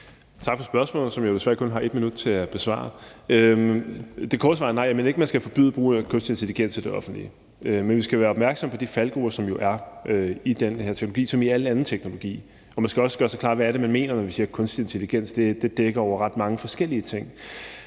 Tak for spørgsmålet, som jeg jo desværre kun har 1 minut til at besvare. Det korte svar er nej. Jeg mener ikke, at man skal forbyde brugen af kunstig intelligens i det offentlige, men vi skal være opmærksom på de faldgruber, der jo er i den her teknologi som i al anden teknologi, og man skal også gøre sig klart, hvad det er, man mener, når man taler om kunstig intelligens. Det dækker over ret mange forskellige ting.